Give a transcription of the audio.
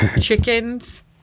chickens